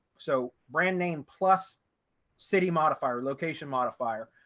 so brand name plus city modifier location modifier.